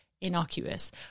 innocuous